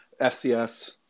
FCS